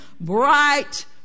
bright